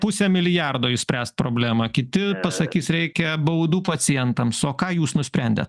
pusę milijardo išspręst problemą kiti pasakys reikia baudų pacientams o ką jūs nusprendėt